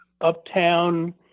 uptown